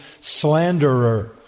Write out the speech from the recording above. slanderer